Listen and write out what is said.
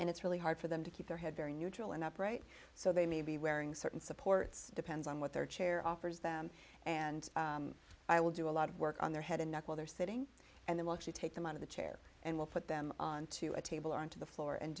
and it's really hard for them to keep their head very neutral and upright so they may be wearing certain supports depends on what their chair offers them and i will do a lot of work on their head and neck while they're sitting and they will actually take them out of the chair and we'll put them onto a table or into the floor and